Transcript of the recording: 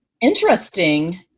interesting